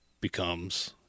becomes